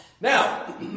Now